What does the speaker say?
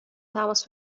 تماس